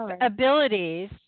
abilities